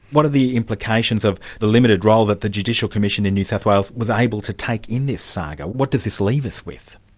what are the implications of the limited role that the judicial commission in new south wales was able to take in this saga, what does this leave us with?